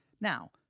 Now